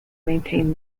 maintain